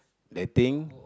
they think